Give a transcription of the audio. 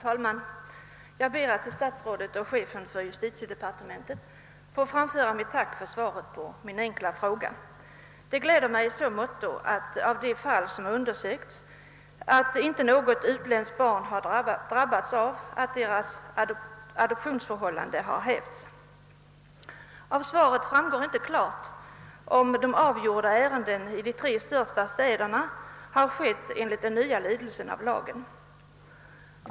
Herr talman! Jag ber att till statsrådet och chefen för justitiedepartementet få framföra ett tack för svaret på min enkla fråga. Svaret gläder mig i så måtto att i de fall, som undersökts, inte något utländskt barn har drabbats av att dess adoptionsförhållande har hävts. Svaret ger inte klart vid handen, om behandlingen av de avgjorda ärendena i de tre största städerna har skett enligt den nya lydelsen av lagen.